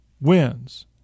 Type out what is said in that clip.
wins